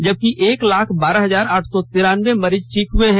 जबकि एक लाख बारह हजार आठ सौ तिरानबे मरीज ठीक हुए हैं